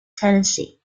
tennessee